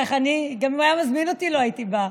לא, בחייך, גם אם היה מזמין אותי לא הייתי באה.